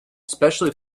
especially